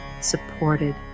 Supported